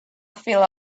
feel